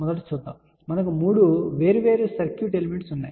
మొదట చూద్దాం మనకు 3 వేర్వేరు సర్క్యూట్ ఎలిమెంట్స్ ఉన్నాయి